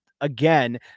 again